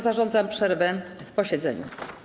Zarządzam przerwę w posiedzeniu.